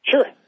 Sure